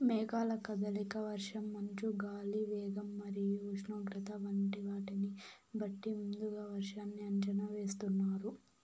మేఘాల కదలిక, వర్షం, మంచు, గాలి వేగం మరియు ఉష్ణోగ్రత వంటి వాటిని బట్టి ముందుగా వర్షాన్ని అంచనా వేస్తున్నారు